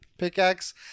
pickaxe